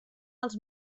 els